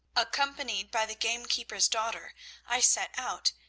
accompanied by the gamekeeper's daughter i set out,